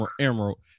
emerald